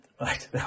Right